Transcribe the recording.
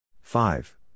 Five